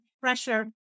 pressure